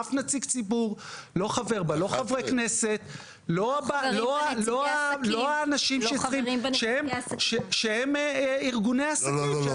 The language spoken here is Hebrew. אף נציג ציבור לא חבר בה לא חברי כנסת ולא האנשים שהם ארגוני העסקים.